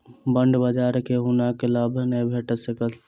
bond बजार में हुनका लाभ नै भेट सकल